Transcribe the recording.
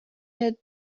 had